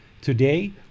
Today